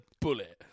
bullet